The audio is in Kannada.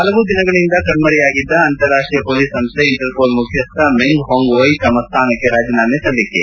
ಹಲವು ದಿನಗಳಿಂದ ಕಣ್ಣರೆಯಾಗಿದ್ದ ಅಂತಾರಾಷ್ಷೀಯ ಪೊಲೀಸ್ ಸಂಸ್ಥೆ ಇಂಟರ್ ಪೋಲ್ ಮುಖ್ಯಸ್ಥ ಮೆಂಗ್ ಹೊಂಗ್ ವೈ ತಮ್ಮ ಸ್ಥಾನಕ್ಕೆ ರಾಜೀನಾಮೆ ಸಲ್ಲಿಕೆ